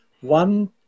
one